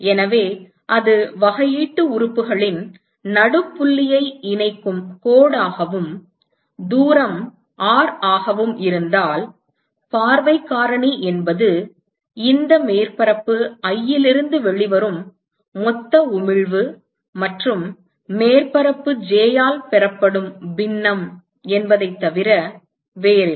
எனவே அது வகையீட்டு உறுப்புகளின் நடுப்புள்ளியை இணைக்கும் கோடாகவும் தூரம் R ஆகவும் இருந்தால் பார்வைக் காரணி என்பது இந்த மேற்பரப்பு i இலிருந்து வெளிவரும் மொத்த உமிழ்வு மற்றும் மேற்பரப்பு j ஆல் பெறப்படும் பின்னம் என்பதைத் தவிர வேறில்லை